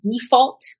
default